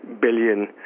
billion